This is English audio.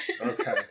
Okay